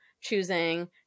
choosing